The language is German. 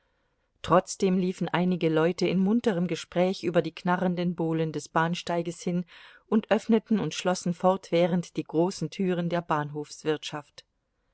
trotzdem liefen einige leute in munterem gespräch über die knarrenden bohlen des bahnsteiges hin und öffneten und schlossen fortwährend die großen türen der